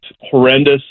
horrendous